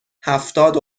هفتاد